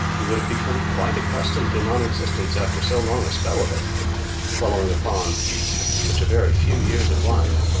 you would have become quite accustomed to non-existence after so long a spell of it following upon such a very few years of life.